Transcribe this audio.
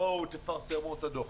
בואו תפרסמו את הדוח.